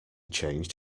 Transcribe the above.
changed